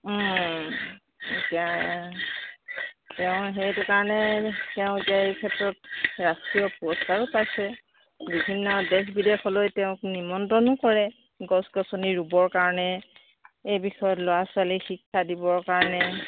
এতিয়া তেওঁ সেইটো কাৰণে তেওঁ এতিয়া এই ক্ষেত্ৰত ৰাষ্ট্ৰীয় পুৰস্কাৰো পাইছে বিভিন্ন দেশ বিদেশলৈ তেওঁক নিমত্ৰণো কৰে গছ গছনি ৰুবৰ কাৰণে এই বিষয়ত ল'ৰা ছোৱালীক শিক্ষা দিবৰ কাৰণে